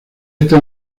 estas